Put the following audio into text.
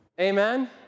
Amen